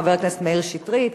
חבר הכנסת מאיר שטרית,